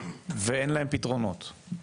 ואין להם פתרונות.